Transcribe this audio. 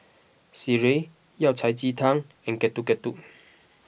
Sireh Yao Cai Ji Tang and Getuk Getuk